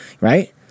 Right